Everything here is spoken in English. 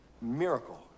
miracle